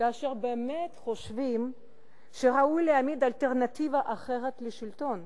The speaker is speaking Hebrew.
כאשר באמת חושבים שראוי להעמיד אלטרנטיבה לשלטון.